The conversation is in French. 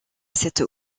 cette